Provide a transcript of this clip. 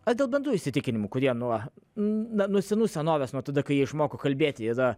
ar dėl bendrų įsitikinimų kurie nuo na nuo senų senovės nuo tada kai jie išmoko kalbėti yra